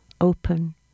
open